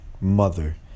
mother